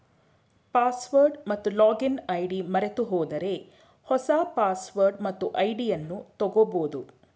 password ಮತ್ತು login ID ಮರೆತುಹೋದರೆ ಹೊಸ ಪಾಸ್ವರ್ಡ್ ಮತ್ತು ಐಡಿಯನ್ನು ತಗೋಬೋದು